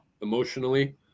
emotionally